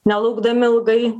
nelaukdami ilgai